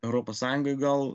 europos sąjungoj gal